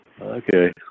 Okay